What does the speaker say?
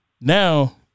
now